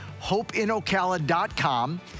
hopeinocala.com